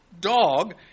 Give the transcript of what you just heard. dog